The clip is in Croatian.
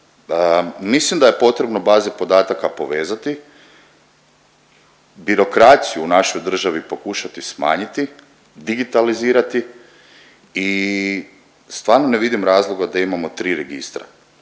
Mislim da je potrebno baze podataka povezati, birokraciju u našoj državi pokušati smanjiti, digitalizirati i stvarno ne vidim razloga da imamo tri registra.